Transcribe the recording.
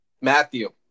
Matthew